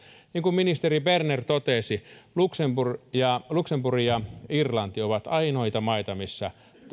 niin kuin ministeri berner totesi luxemburg ja irlanti ovat ainoita maita missä